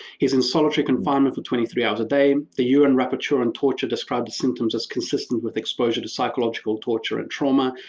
he's in solitary confinement twenty three hours a day, the un rapporteur on torture described symptoms as consistent with exposure to psychological torture and trauma.